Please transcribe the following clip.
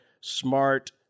smart